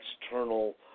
external